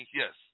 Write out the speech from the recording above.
yes